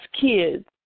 kids